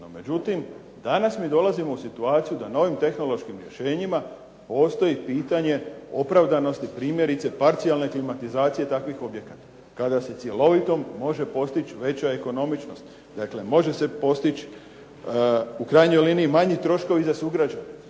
međutim danas mi dolazimo u situaciju da novim tehnološkim rješenjima postoji pitanje opravdanosti primjerice parcijalne klimatizacije takvih objekata kada se cjelovitom može postići veća ekonomičnost. Dakle, može se postići u krajnjoj liniji manji troškovi za sugrađane,